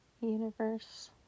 universe